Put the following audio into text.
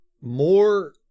more